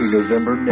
November